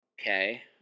Okay